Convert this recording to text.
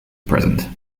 present